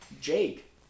Jake